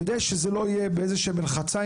כדי שזה לא יהיה באיזה שהם מלחציים,